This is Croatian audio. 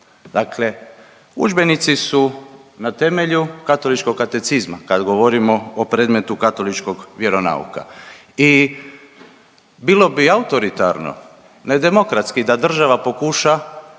Dakle, udžbenici su na temelju katoličkog katecizma kad govorimo o predmetu katoličkog vjeronauka. I bilo bi autoritarno ne demokratski da država pokuša